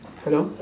hello